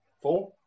four